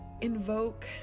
invoke